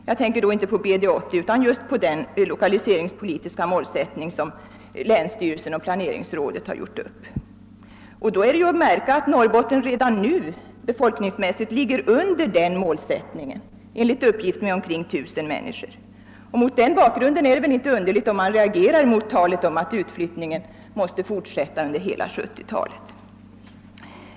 Jag tänker då inte på BD 80 utan på den lokaliseringspolitiska målsättning som länsstyrelsen och planeringsrådet har gjort upp. Det är att märka att Norrbotten redan nu befolkningsmässigt ligger under den målsättningen, enligt uppgift med omkring tusen människor. Mot den bakgrunden är det väl inte underligt om man reagerar mot talet om att utflyttningen måste fortsätta under hela 1970-talet.